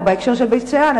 או בהקשר של בית-שאן,